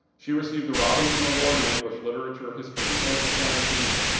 she received the robinson award in english literature, history, and social sciences,